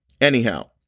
Anyhow